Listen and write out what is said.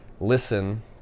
listen